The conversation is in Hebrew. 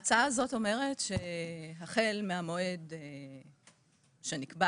הצעה הזאת אומרת שהחל מהמועד שנקבע,